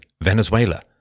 Venezuela